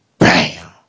Bam